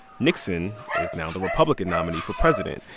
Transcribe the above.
nixon is now the republican nominee for president.